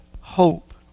hope